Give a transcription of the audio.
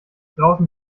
draußen